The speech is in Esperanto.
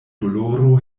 doloro